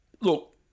look